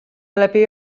lepiej